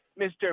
Mr